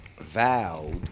vowed